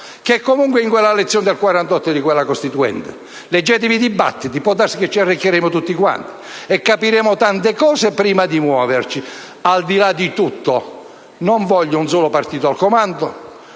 che comunque ritroviamo in quella lezione del 1948 della Costituente. Leggete quei dibattiti. Può darsi che ci arricchiremo tutti quanti e capiremo tante cose prima di muoverci. Al di là di tutto, non voglio un solo partito al comando,